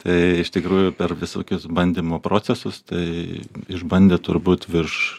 tai iš tikrųjų per visokius bandymo procesus tai išbandė turbūt virš